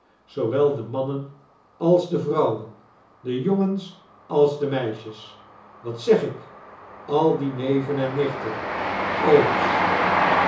zoowel de mannen als de vrouwen de jongens als de meisjes wat zeg ik al die neven en nichten ooms